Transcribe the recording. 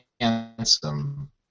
handsome